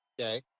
Okay